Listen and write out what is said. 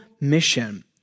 mission